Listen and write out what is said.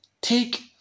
take